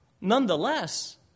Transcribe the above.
nonetheless